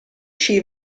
sci